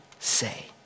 say